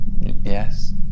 Yes